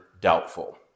doubtful